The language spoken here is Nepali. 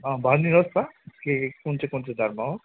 भनिदिनु होस् त के के कुन चाहिँ कुन चाहिँ धर्म हो